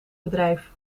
bedrijf